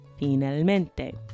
finalmente